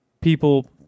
people